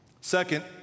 Second